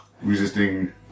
resisting